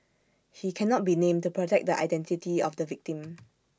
he cannot be named to protect the identity of the victim